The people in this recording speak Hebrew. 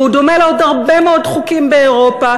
והוא דומה לעוד הרבה מאוד חוקים באירופה,